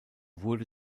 wurde